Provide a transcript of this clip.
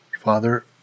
father